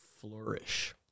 flourish